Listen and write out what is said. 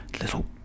little